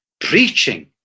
preaching